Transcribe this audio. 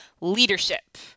leadership